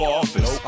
office